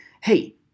Hey